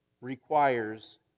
requires